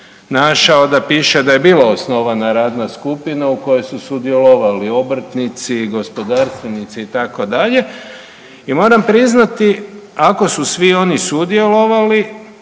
našao da piše da je bila osnovana radna skupina u kojoj su sudjelovali obrtnici, gospodarstvenici, itd., i moram priznati, ako su svi oni sudjelovali,